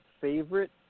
favorite